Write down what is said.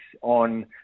on